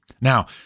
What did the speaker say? Now